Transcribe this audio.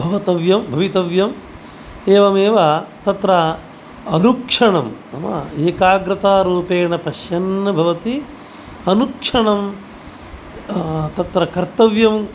भवतव्यं भवितव्यं एवमेव तत्र अनुक्षणम् एकाग्रतारूपेण पश्यन् भवति अनुक्षणं तत्र कर्तव्यम्